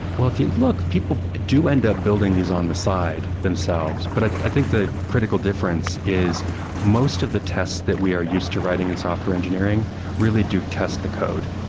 well, if you look, people do end up building this on the side themselves. but i think the critical difference is most of the tests that we are used to writing in software engineering really do test the code.